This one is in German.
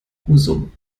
husum